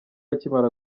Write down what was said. akimara